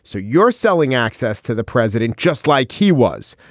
so you're selling access to the president just like he was.